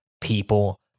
people